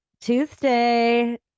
Tuesday